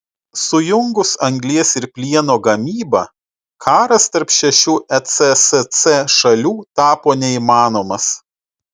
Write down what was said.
sujungus anglies ir plieno gamybą karas tarp šešių ecsc šalių tapo neįmanomas